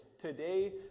Today